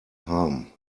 harm